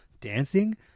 dancing